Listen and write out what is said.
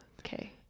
okay